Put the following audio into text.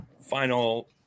final